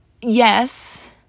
yes